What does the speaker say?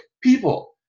people